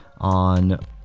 on